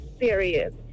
serious